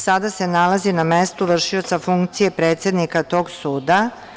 Sada se nalazi na mestu vršioca funkcije predsednika tog suda.